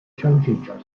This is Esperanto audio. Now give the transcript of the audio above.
ŝanĝiĝas